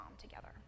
together